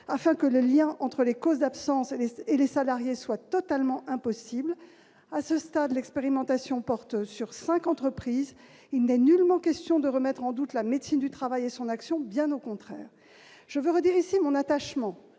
afin que le lien entre les causes d'absence et les salariés soit totalement impossible. À ce stade, l'expérimentation porte sur cinq entreprises seulement. Il n'est nullement question de remettre en doute la médecine du travail et son action, bien au contraire. Je veux redire ici mon attachement